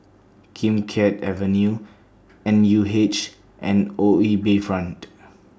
Kim Keat Avenue N U H and O E Bayfront